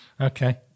Okay